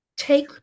take